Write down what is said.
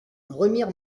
remire